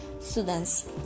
students